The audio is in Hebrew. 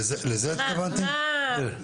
לזה התכוונתם?